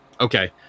Okay